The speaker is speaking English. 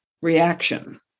reaction